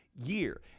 year